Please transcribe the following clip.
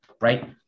right